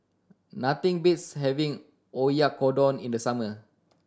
nothing beats having Oyakodon in the summer